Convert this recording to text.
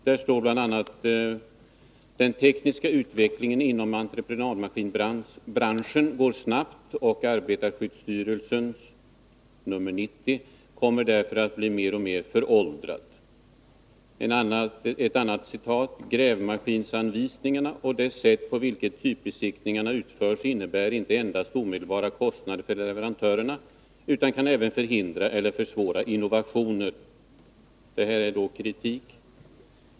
Det står bl.a. i rapporten: ”Den tekniska utvecklingen inom entreprenadmaskinbranschen går snabbt och ASS 90 kommer därför att bli mer och mer föråldrad.” Ett annat citat: ”Grävmaskinanvisningarna och det sätt på vilket typbesiktningarna utförs innebär inte endast omedelbara kostnader för leverantörerna, utan kan även förhindra eller försvåra innovationer.” Detta innebär kritik.